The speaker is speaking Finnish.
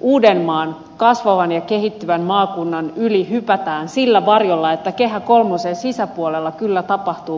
uudenmaan kasvavan ja kehittyvän maakunnan yli hypätään sillä varjolla että kehä kolmosen sisäpuolella kyllä tapahtuu paljon asioita